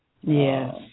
Yes